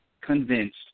convinced